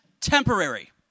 temporary